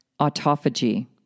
autophagy